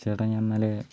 ചേട്ടാ ഞാൻ ഇന്നലെ